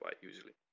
usually